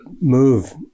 move